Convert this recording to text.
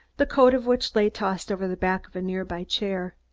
the coat of which lay tossed over the back of a near-by chair.